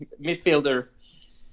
midfielder